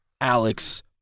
Alex